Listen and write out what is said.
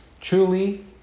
Truly